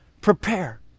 prepare